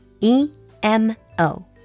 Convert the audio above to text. E-M-O